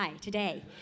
today